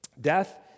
Death